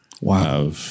Wow